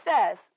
says